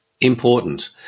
important